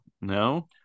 No